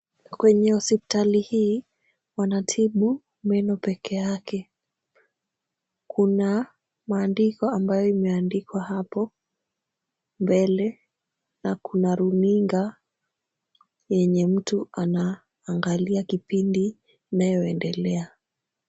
Kwenye hospitali hii wanatibu meno peke yake. Kuna maandiko ambayo imeandikwa hapo mbele, na kuna runinga yenye mtu anaangalia kipindi inayoendelea.